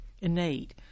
innate